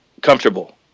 comfortable